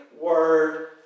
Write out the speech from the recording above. word